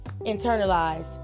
internalize